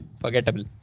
forgettable